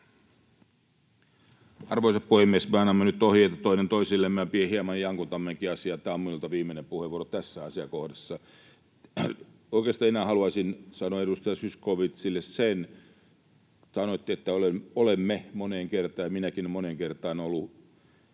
Arvoisa puhemies! Me annamme nyt ohjeita toinen toisillemme ja hieman jankutammekin asiaa, ja tämä on minulta viimeinen puheenvuoro tässä asiakohdassa. — Oikeastaan enää haluaisin sanoa edustaja Zyskowiczille, kun te sanoitte, että olemme moneen kertaan olleet, ja minäkin olen moneen kertaan ollut,